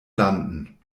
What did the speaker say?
landen